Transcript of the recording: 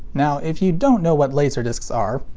now if you don't know what laserdiscs are,